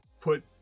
put